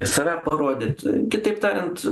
save parodyt kitaip tariant